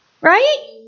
Right